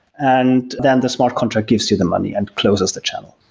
and then the smart contract gives you the money and closes the channel.